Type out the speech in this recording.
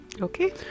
Okay